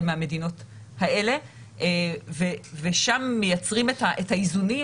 מהמדינות האלה ושם מייצרים את האיזונים,